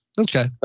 okay